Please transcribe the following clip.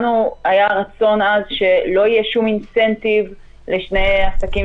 לנו היה רצון עז שלא יהיה שום אינסנטיב לשני עסקים